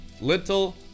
little